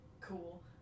Cool